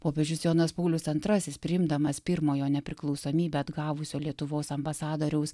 popiežius jonas paulius antrasis priimdamas pirmojo nepriklausomybę atgavusios lietuvos ambasadoriaus